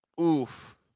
Oof